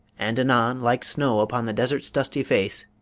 and anon like snow upon the desert's dusty face